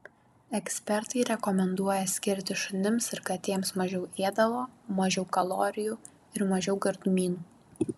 ekspertai rekomenduoja skirti šunims ir katėms mažiau ėdalo mažiau kalorijų ir mažiau gardumynų